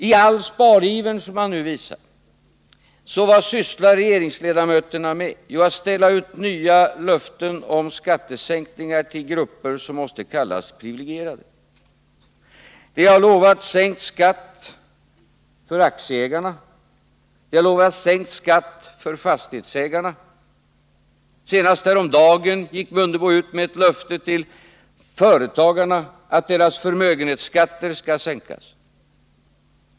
I all spariver som man nu visar, vad sysslar regeringsledamöterna med? Jo, att ställa ut nya löften om skattesänkningar till grupper som måste kallas privilegierade. Det har lovats sänkt skatt för aktieägarna, det har lovats sänkt skatt för fastighetsägarna. Senast häromdagen gick herr Mundebo ut med ett löfte till företagarna om att deras förmögenhetsskatter skall sänkas.